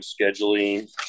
scheduling